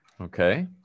Okay